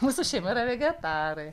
mūsų šeima yra vegetarai